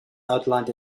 outlined